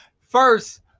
first